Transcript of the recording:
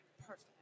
perfect